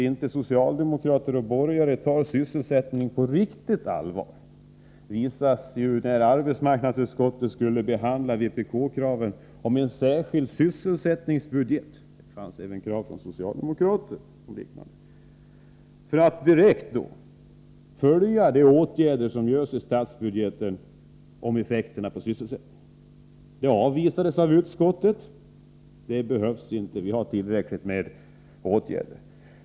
Att socialdemokrater och borgare inte tar sysselsättningen på riktigt allvar visades, när arbetsmarknadsutskottet skulle behandla vpk-kraven om en särskild sysselsättningsbudget — det fanns även liknande krav från socialdemokraterna — för att direkt följa de åtgärder som föreslås i statsbudgeten och studera deras effekter på sysselsättningen. Våra krav avstyrktes av utskottet med motiveringen att det fanns tillräckligt med åtgärder.